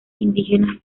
indígenas